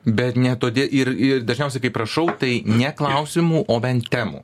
bet ne todė ir ir dažniausiai kai prašau tai ne klausimų o bent temų